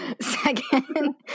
Second